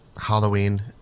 Halloween